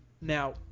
now